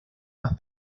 más